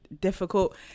difficult